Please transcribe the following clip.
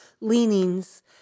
leanings